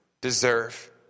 deserve